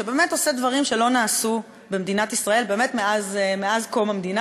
שבאמת עושה דברים שלא נעשו במדינת ישראל באמת מאז קום המדינה,